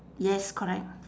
yes correct